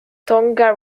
tonga